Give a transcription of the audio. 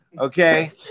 okay